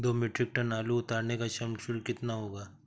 दो metric tonne आलू उतारने का श्रम शुल्क कितना होगा?